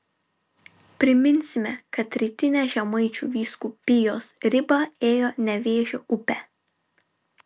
priminsime kad rytinė žemaičių vyskupijos riba ėjo nevėžio upe